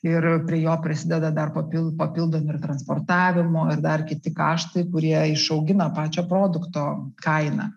ir prie jo prisideda dar papildo papildomi ir transportavimo ir dar kiti karštai kurie išaugina pačią produkto kainą